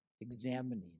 examining